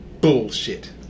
bullshit